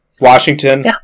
Washington